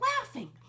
laughing